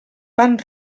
van